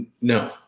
no